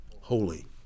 Holy